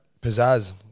pizzazz